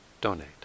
donate